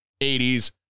80s